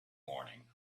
morning